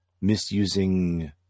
misusing